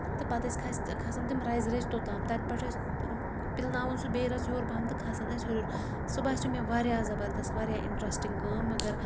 تہٕ پَتہٕ ٲسۍ کھسان تِم رَزِ رَزِ توتام تَتہِ پٮ۪ٹھ ٲسۍ پِلناوان سُہ بیٚیہِ رَژھ ہیٚور پہم تہٕ کھسان ٲسۍ ہیٚور صبُحس چھُ مےٚ واریاہ زَبردست واریاہ اِنٹریسٹِنگ کٲم مَگر